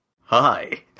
Hi